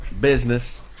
business